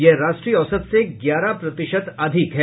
यह राष्ट्रीय औसत से ग्यारह प्रतिशत अधिक है